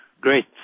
great